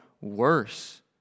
worse